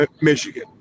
Michigan